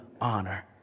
honor